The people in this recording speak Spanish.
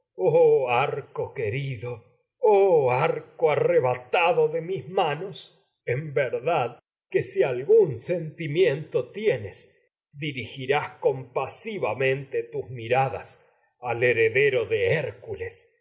manejó querido oh arco filogíbtes arrebatado timiento de mis manos en verdad que si algún sen tienes de ti dirigirás compasivamente tus hércules en miradas al heredero